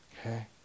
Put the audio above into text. okay